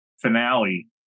finale